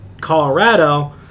Colorado